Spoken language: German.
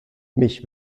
mich